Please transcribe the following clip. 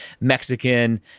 Mexican